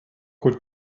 could